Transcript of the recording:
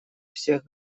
всех